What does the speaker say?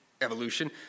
evolution